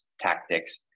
tactics